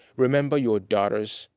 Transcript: remember your daughters,